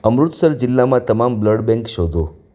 અમૃતસર જિલ્લામાં તમામ blood bank શોધો